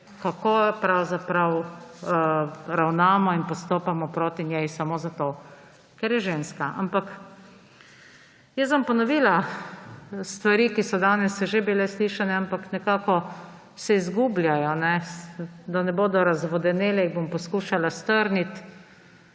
kako pravzaprav ravnamo in postopamo proti njej samo zato, ker je ženska. Ampak jaz bom ponovila stvari, ki so danes že bile slišane, ampak nekako se izgubljajo, da ne bodo razvodenele, jih bom poskušala strniti.